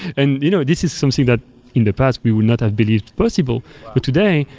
and you know this is something that in the past we would not have believed possible, but today,